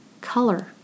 Color